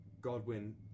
Godwin